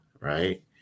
right